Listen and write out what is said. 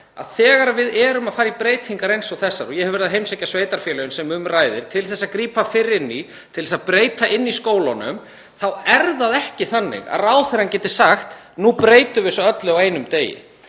þegar við erum að fara í breytingar eins og þessar — og ég hef verið að heimsækja sveitarfélögin sem um ræðir — til þess að grípa fyrr inn í og breyta inni í skólunum, þá er það ekki þannig að ráðherrann geti sagt: Nú breytum við þessu öllu á einum degi.